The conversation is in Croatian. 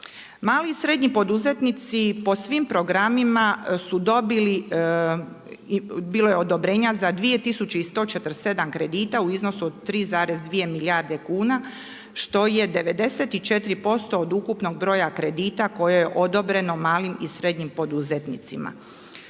Mali i srednji poduzetnici po svim programima su dobili, bilo je odobrenja za 2147 kredita u iznosu od 3,2 milijarde kuna što je 94% od ukupnog broja kredita koje je odobreno malim i srednjim poduzetnicima.